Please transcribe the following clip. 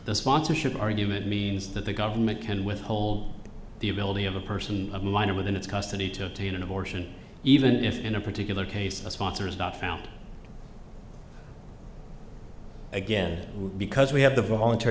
the sponsorship argument means that the government can withhold the ability of a person a minor within its custody to obtain an abortion even if in a particular case a sponsor is not found again because we have the voluntary